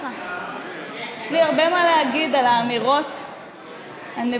יש לי הרבה מה להגיד על האמירות הנבובות,